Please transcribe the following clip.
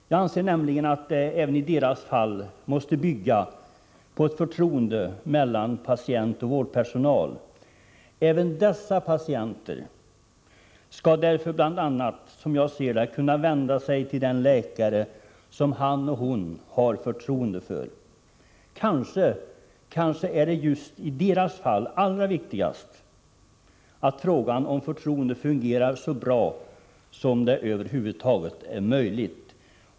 Jag anser nämligen att även i deras fall måste det finnas ett förtroende mellan patient och vårdpersonal. Även dessa patienter skall därför, som jag ser det, bl.a. kunna vända sig till den läkare som han eller hon har förtroende för. Kanske är det just i dessa patienters fall allra viktigast att principen om förtroende fungerar så bra som det över huvud taget är möjligt.